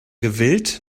gewillt